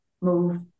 move